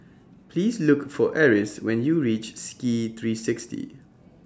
Please Look For Eris when YOU REACH Ski three sixty